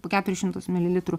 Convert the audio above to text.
po keturis šimtus mililitrų